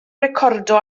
recordio